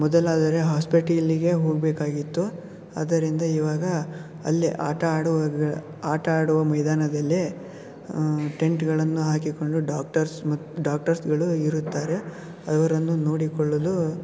ಮೊದಲಾದರೆ ಹಾಸ್ಪೆಟಿಲ್ಲಿಗೆ ಹೋಗಬೇಕಾಗಿತ್ತು ಆದ್ದರಿಂದ ಇವಾಗ ಅಲ್ಲೇ ಆಟ ಆಡುವಾಗ ಆಟ ಆಡುವ ಮೈದಾನದಲ್ಲೇ ಟೆಂಟ್ಗಳನ್ನು ಹಾಕಿಕೊಂಡು ಡಾಕ್ಟರ್ಸ್ ಮತ್ತು ಡಾಕ್ಟರ್ಸ್ಗಳು ಇರುತ್ತಾರೆ ಅವರನ್ನು ನೋಡಿಕೊಳ್ಳಲು